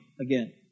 again